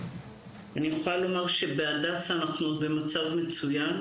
אני יכולה לומר שבהדסה ובשערי צדק אנחנו עוד במצב מצוין,